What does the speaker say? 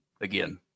again